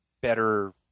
better